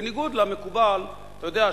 בניגוד למקובל, אתה יודע,